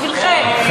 בשבילכם.